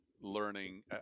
learning